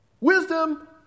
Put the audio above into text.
Wisdom